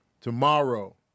tomorrow